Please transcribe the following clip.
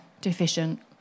deficient